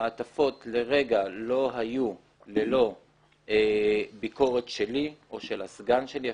המעטפות לרגע לא היו ללא ביקורת שלי או של הסגן שלי,